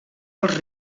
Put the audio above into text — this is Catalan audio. els